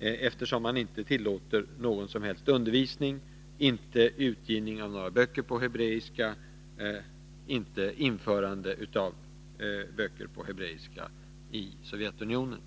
eftersom man inte tillåter någon offentlig undervisning, inte utgivning av några böcker på hebreiska och inte införande av böcker på hebreiska till Sovjetunionen.